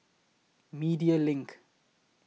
Media LINK